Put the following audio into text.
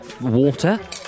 Water